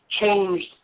changed